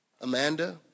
Amanda